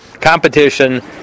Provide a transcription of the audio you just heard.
competition